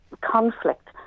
conflict